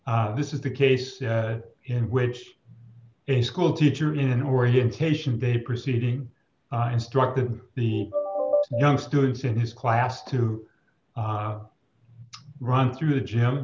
this is the case in which a school teacher in an orientation day proceeding instructed the young students in his class to run through the gym